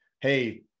Hey